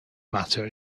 matter